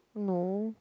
no